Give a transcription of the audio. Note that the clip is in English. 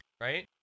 Right